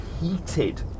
heated